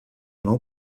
nou